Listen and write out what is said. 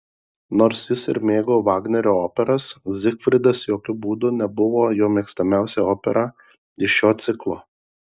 nors jis ir mėgo vagnerio operas zigfridas jokiu būdu nebuvo jo mėgstamiausia opera iš šio ciklo